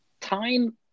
time